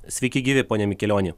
sveiki gyvi pone mikelioni